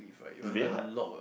is very hard